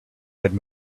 had